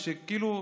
ושכאילו,